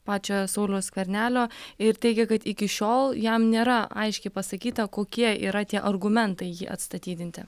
pačio sauliaus skvernelio ir teigė kad iki šiol jam nėra aiškiai pasakyta kokie yra tie argumentai jį atstatydinti